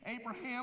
Abraham